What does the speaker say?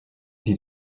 die